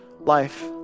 life